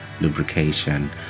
lubrication